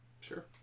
Sure